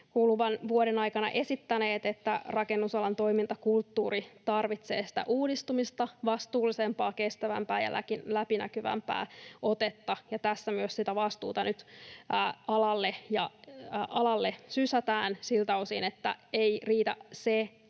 kuluvan vuoden aikana esittäneet, että rakennusalan toimintakulttuuri tarvitsee uudistumista: vastuullisempaa, kestävämpää ja läpinäkyvämpää otetta. Ja tässä myös sitä vastuuta nyt alalle sysätään siltä osin, että ei riitä